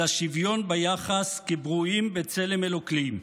אלא שוויון ביחס כברואים בצלם אלוקים,